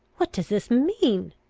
what does this mean?